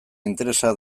interesa